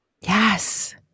Yes